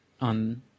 on